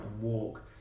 walk